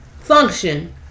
function